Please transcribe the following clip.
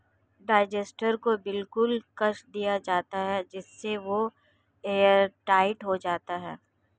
digester को बिल्कुल कस दिया जाता है जिससे वह एयरटाइट हो जाता है